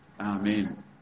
Amen